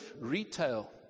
retail